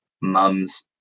mums